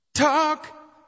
Talk